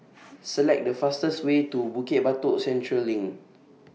Select The fastest Way to Bukit Batok Central LINK